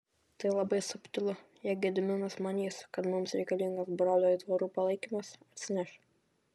tai labai subtilu jei gediminas manys kad mums reikalingas brolių aitvarų palaikymas atsineš